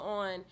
on